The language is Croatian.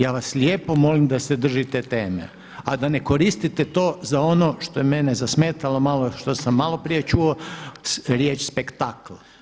Ja vas lijepo molim da se držite teme a da ne koristite to za ono što je mene zasmetalo malo što sam maloprije čuo riječ spektakl.